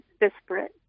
disparate